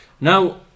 Now